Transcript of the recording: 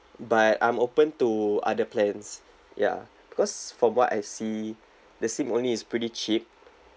but I'm open to other plans ya because from what I see the sim only is pretty cheap